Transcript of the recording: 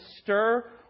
stir